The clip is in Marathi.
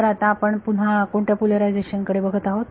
तर आता आपण पुन्हा कोणत्या पोलरायझेशन कडे बघत आहोत